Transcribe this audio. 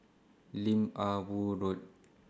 Lim Ah Woo Road